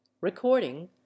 Recording